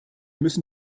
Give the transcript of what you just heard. müssen